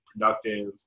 productive